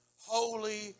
holy